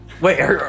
Wait